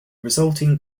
resulting